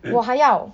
我还要